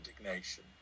indignation